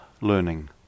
learning